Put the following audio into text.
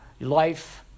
life